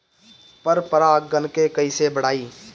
पर परा गण के कईसे बढ़ाई?